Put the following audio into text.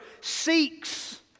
seeks